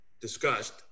discussed